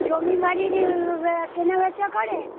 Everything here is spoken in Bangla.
জমি বাড়ির কেনা বেচা করেন